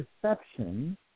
perception